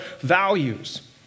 values